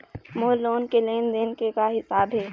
मोर loan के लेन देन के का हिसाब हे?